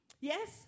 Yes